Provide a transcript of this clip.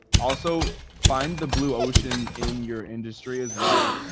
also find the blue ocean in your industry as well.